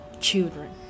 children